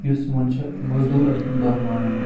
یُس یِوان چھُ مٔزدوٗرَن ہُنٛد دۄہ ماننہٕ